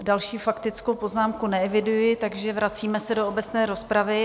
Další faktickou poznámku neeviduji, takže se vracíme do obecné rozpravy.